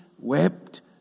wept